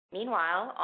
Meanwhile